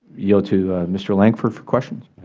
yield to mr. lankford for questions.